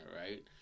right